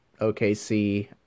OKC